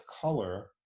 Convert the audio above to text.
color